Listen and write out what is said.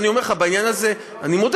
אני אומר לך שבעניין הזה אני מודה